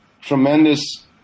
tremendous